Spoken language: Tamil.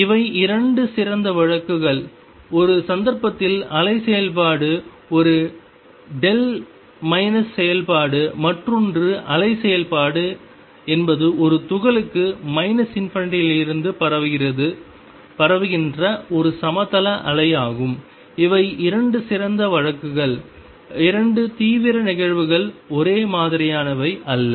இவை இரண்டு சிறந்த வழக்குகள் ஒரு சந்தர்ப்பத்தில் அலை செயல்பாடு ஒரு δ செயல்பாடு மற்றொன்று அலை செயல்பாடு என்பது ஒரு துகளுக்கு ∞ இலிருந்து பரவுகின்ற ஒரு சமதள அலை ஆகும் இவை இரண்டு சிறந்த வழக்குகள் 2 தீவிர நிகழ்வுகள் ஒரே மாதிரியானவை அல்ல